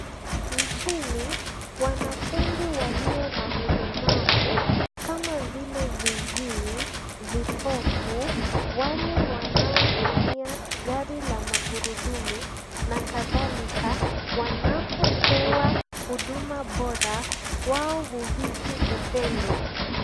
Nchini, wanafunzi walio na ulemavu, kama vile viziwi, vipofu, wale wanaotumia gari la magurudumu na kadhalika, wanapopewa huduma bora, wao huhisi upendo.